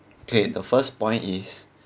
okay the first point is